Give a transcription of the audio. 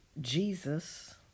Jesus